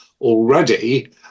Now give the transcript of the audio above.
already